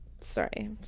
Sorry